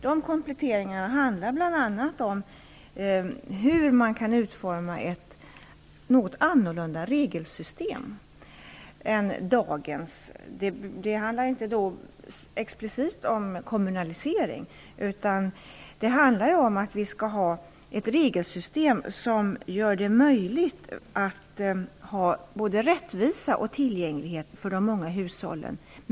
De kompletteringarna handlar bl.a. om hur man kan utforma ett något annorlunda regelsystem än dagens. Det handlar inte explicit om kommunalisering, utan det handlar om att vi skall ha ett regelsystem som gör det möjligt med både rättvisa och tillgänglighet för de många hushållen.